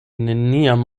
neniam